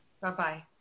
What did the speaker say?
Bye-bye